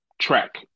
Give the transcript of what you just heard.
track